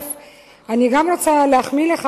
אני גם רוצה להחמיא לך,